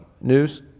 news